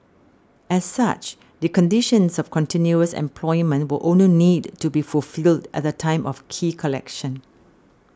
as such the conditions of continuous employment will only need to be fulfilled at the time of key collection